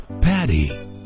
Patty